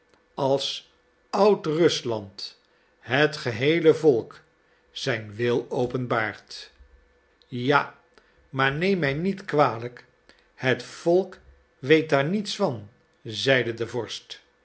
als oudrusland het geheele volk zijn wil openbaart ja maar neem mij niet kwalijk het volk weet daar niets van zeide de vorst